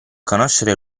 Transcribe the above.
conoscere